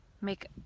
make